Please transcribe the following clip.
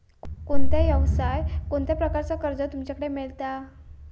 कोणत्या यवसाय कोणत्या प्रकारचा कर्ज तुमच्याकडे मेलता?